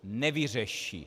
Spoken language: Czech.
Nevyřeší.